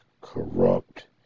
corrupt